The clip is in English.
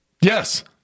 Yes